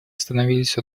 остановились